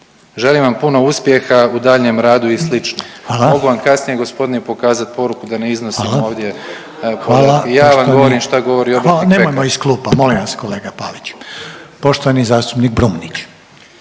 Želim vam puno uspjeha u daljnjem radu i slično. Mogu vam kasnije gospodine i pokazati poruku da ne iznosim ovdje. Ja vam govorim što govori obrtnik pekar. **Reiner, Željko (HDZ)** Nemojmo iz klupa. Molim vas kolega Pavić! Poštovani zastupnik Brumnić.